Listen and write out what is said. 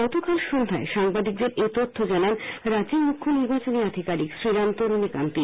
গতকাল সন্ধ্যায় সাংবাদিকদের এই তখ্য জানান রাজ্যের মুখ্য নির্বাচন আধিকারিক শ্রীরাম তরনিকান্তি